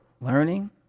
learning